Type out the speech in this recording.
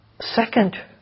second